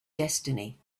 destiny